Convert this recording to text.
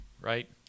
right